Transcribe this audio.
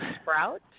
sprout